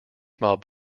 mob